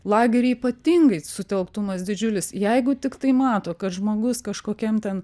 lagery ypatingai sutelktumas didžiulis jeigu tiktai mato kad žmogus kažkokiam ten